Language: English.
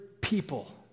people